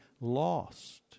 lost